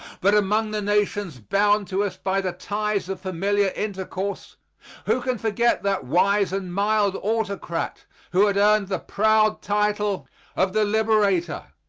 but among the nations bound to us by the ties of familiar intercourse who can forget that wise and mild autocrat who had earned the proud title of the liberator?